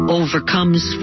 overcomes